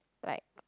like